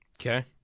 Okay